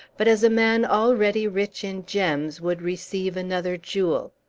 but as a man already rich in gems would receive another jewel.